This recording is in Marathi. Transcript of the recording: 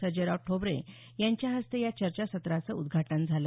सर्जेराव ठोंबरे यांच्या हस्ते या चर्चासत्राचं उद्घाटन झालं